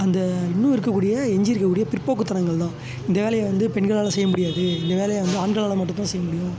அந்த இன்னும் இருக்கக்கூடிய எஞ்சி இருக்கக்கூடிய பிற்போக்குத் தனங்கள்தான் இந்த வேலையை வந்து பெண்களால் செய்ய முடியாது இந்த வேலையை வந்து ஆண்களால் மட்டும்தான் செய்ய முடியும்